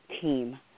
team